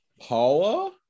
Paula